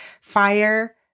fire